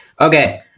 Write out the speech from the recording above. Okay